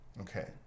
Okay